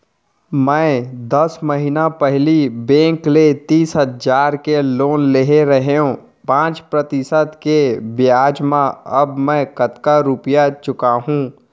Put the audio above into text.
मैं दस महिना पहिली बैंक ले तीस हजार के लोन ले रहेंव पाँच प्रतिशत के ब्याज म अब मैं कतका रुपिया चुका हूँ?